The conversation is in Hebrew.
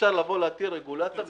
אי-אפשר להטיל רגולציה.